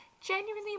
genuinely